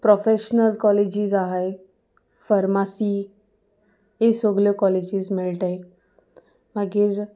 professional colleges आहाय pharmacy ह्य सोगल्यो कॉलेजीस मेळटाय मागीर